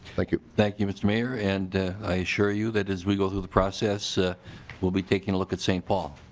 thank you thank you mr. mayor. and i sure you as we go through the process ah will be taking a look at st. paul.